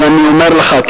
אבל אני אומר לך,